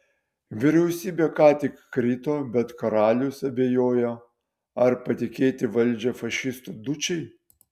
vyriausybė ką tik krito bet karalius abejojo ar patikėti valdžią fašistų dučei